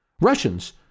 Russians